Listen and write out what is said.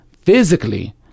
Physically